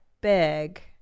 big